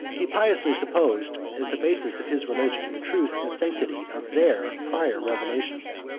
he piously supposed, as the basis of his religion, the truth and sanctity of their prior revolutions,